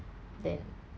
then